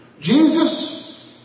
Jesus